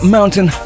Mountain